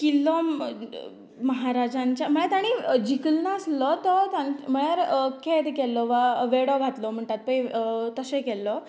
किल्लो महाराजांच्या म्हळ्यार तांणी जिखलनासलो तो म्हळ्यार कैद केल्लो वा वेडो घातलो म्हणटात पय तशें केल्लो